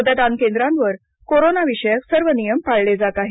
मतदान केंद्रांवर कोरोनाविषयक सर्व नियम पाळले जात आहेत